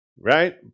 right